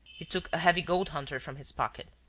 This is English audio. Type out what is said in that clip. he took a heavy gold hunter from his pocket.